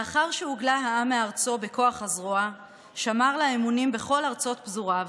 לאחר שהוגלה העם מארצו בכוח הזרוע שמר לה אמונים בכל ארצות פזוריו,